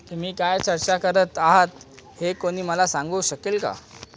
तुम्ही काय चर्चा करत आहात हे कोणी मला सांगू शकेल का